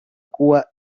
cua